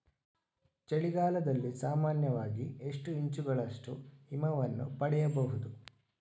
ಚಳಿಗಾಲದಲ್ಲಿ ಸಾಮಾನ್ಯವಾಗಿ ಎಷ್ಟು ಇಂಚುಗಳಷ್ಟು ಹಿಮವನ್ನು ಪಡೆಯಬಹುದು?